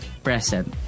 present